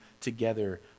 together